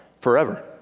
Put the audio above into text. forever